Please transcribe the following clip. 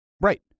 Right